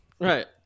Right